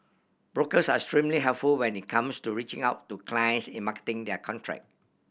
brokers are extremely helpful when it comes to reaching out to clients in marketing their contract